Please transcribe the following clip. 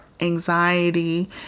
anxiety